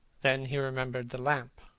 then he remembered the lamp.